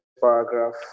paragraph